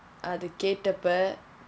அது கேட்டப்போ:athu kaetappo